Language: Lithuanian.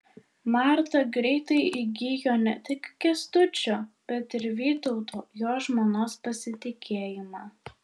marta greitai įgijo ne tik kęstučio bet ir vytauto jo žmonos pasitikėjimą